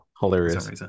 Hilarious